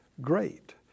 great